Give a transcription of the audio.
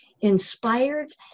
inspired